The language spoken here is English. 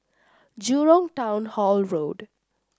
Jurong Town Hall Road